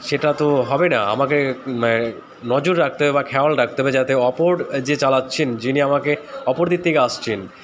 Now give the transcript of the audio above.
সেটা তো হবে না আমাকে নজর রাখতে হবে বা খেয়াল রাখতে হবে যাতে অপর যে চালাচ্ছেন যিনি আমাকে অপর দিক থেকে আসছেন